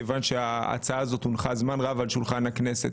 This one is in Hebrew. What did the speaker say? כיוון שההצעה הזאת הונחה זמן רב על שולחן הכנסת,